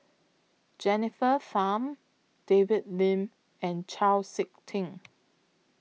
Jennifer Tham David Lim and Chau Sik Ting